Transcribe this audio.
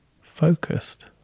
focused